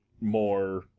more